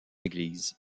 église